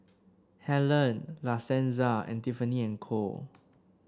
Helen La Senza and Tiffany And Co